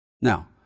Now